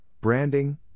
branding